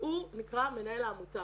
והוא נקרא מנהל העמותה.